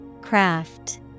Craft